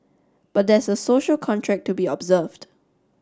but there's a social contract to be observed